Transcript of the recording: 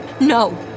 no